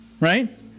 Right